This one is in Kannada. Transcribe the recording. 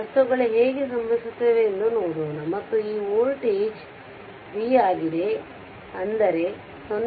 ವಸ್ತುಗಳು ಹೇಗೆ ಸಂಭವಿಸುತ್ತವೆ ಎಂದು ನೋಡೋಣ ಮತ್ತು ಈ ವೋಲ್ಟೇಜ್ ಈ ವೋಲ್ಟೇಜ್ v ಆಗಿದೆ ಅಂದರೆ 0